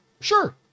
Sure